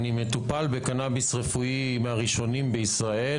אני מטופל בקנביס רפואי מהראשונים בישראל,